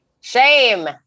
Shame